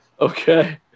Okay